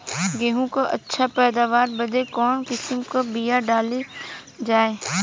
गेहूँ क अच्छी पैदावार बदे कवन किसीम क बिया डाली जाये?